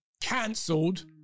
cancelled